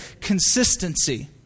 consistency